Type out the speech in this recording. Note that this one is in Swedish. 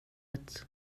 ett